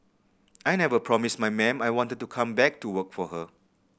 I never promised my ma'am I wanted to come back to work for her